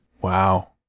Wow